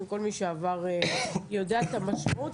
כל מי שעבר יודע את המשמעות.